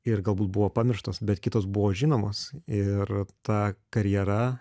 ir galbūt buvo pamirštos bet kitos buvo žinomos ir ta karjera